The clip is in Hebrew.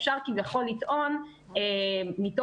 אפשר כביכול לטעון מתוך,